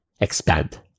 expand